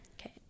Okay